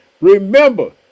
Remember